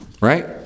right